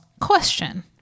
question